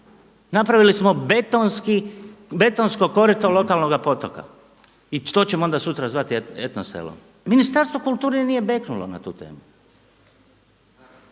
napravili smo betonsko korito lokalnoga potoka i to ćemo onda sutra zvati etno selo. Ministarstvo kulture nije beknulo na tu temu.